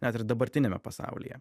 net ir dabartiniame pasaulyje